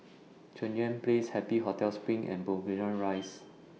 Cheng Yan Place Happy Hotel SPRING and Burgundy Rise